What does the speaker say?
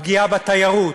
הפגיעה בתיירות,